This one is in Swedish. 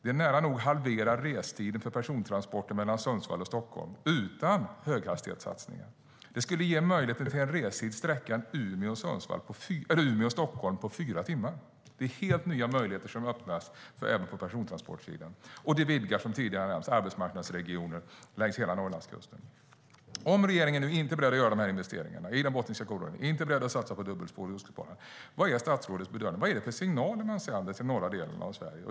Det nära nog halverar restiden för persontransporter mellan Sundsvall och Stockholm, utan höghastighetssatsning. Det skulle ge möjlighet till en restid på sträckan Umeå-Stockholm på fyra timmar. Det är helt nya möjligheter som öppnas även på persontransportsidan. Det vidgar, som tidigare nämnts, arbetsmarknadsregionerna längs hela Norrlandskusten. Om regeringen nu inte är beredd att göra dessa investeringar i Botniska korridoren och inte är beredd att satsa på dubbelspår på Ostkustbanan, vad är statsrådets bedömning? Vilka signaler sänder man till den norra delen av Sverige?